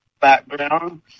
background